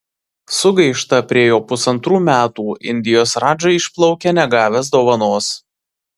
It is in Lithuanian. sugaišta prie jo pusantrų metų indijos radža išplaukia negavęs dovanos